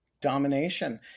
domination